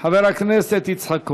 חבר הכנסת יצחק כהן.